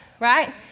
right